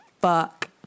fuck